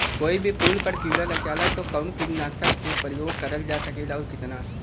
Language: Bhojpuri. कोई भी फूल पर कीड़ा लग जाला त कवन कीटनाशक क प्रयोग करल जा सकेला और कितना?